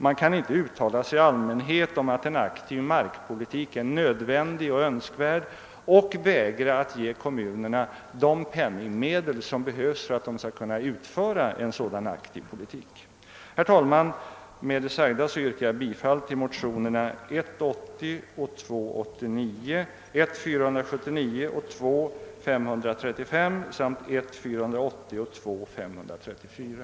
Man kan inte uttala sig i allmänhet om att en aktiv markpolitik är nödvändig och önskvärd och vägra att ge kommunerna de penningmedel som behövs för att de skall kunna genomföra en sådan aktiv po Llitik. Herr talman! Med det sagda yrkar jag bifall till motionerna 1:80 och IT: 89, 1:479 och 1II:535, I:480 och II: 534.